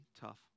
tough